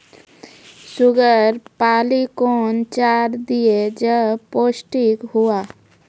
Sugar पाली कौन चार दिय जब पोस्टिक हुआ?